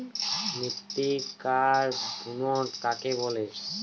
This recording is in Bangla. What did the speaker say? মৃত্তিকার বুনট কাকে বলে?